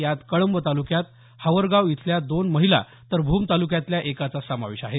यात कळंब तालुक्यात हावरगाव इथल्या दोन महिला तर भूम तालुक्यातल्या एकाचा समावेश आहे